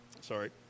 Sorry